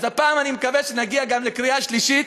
אז הפעם אני מקווה שנגיע גם לקריאה שלישית,